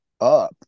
up